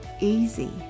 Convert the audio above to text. easy